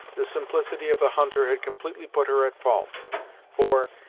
the simplicity of the hunter had completely put her at fault for,